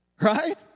right